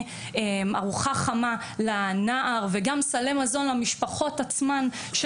של ארוחה חמה וסלי מזון למשפחת הנער.